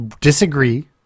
disagree